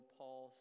paul